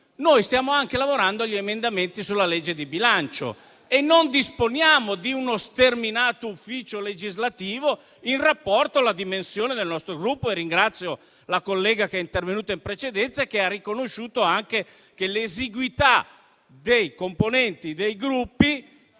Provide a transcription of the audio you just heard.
noi stiamo anche lavorando agli emendamenti sulla legge di bilancio e non disponiamo di uno sterminato ufficio legislativo in rapporto alla dimensione del nostro Gruppo. Ringrazio la collega che è intervenuta in precedenza per aver riconosciuto anche che l'esiguità dei componenti dei Gruppi